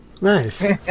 nice